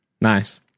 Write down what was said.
Nice